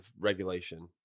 regulation